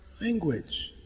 language